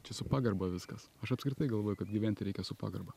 čia su pagarba viskas aš apskritai galvoju kad gyventi reikia su pagarba